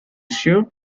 sure